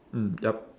mm yup